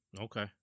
Okay